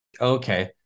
okay